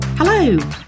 Hello